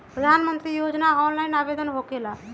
प्रधानमंत्री योजना ऑनलाइन आवेदन होकेला?